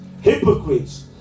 hypocrites